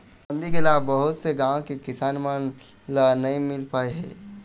चकबंदी के लाभ बहुत से गाँव के किसान मन ल नइ मिल पाए हे